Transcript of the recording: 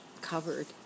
covered